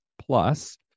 plus